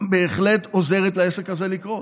בהחלט עוזרת לעסק הזה לקרות.